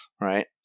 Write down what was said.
right